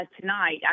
tonight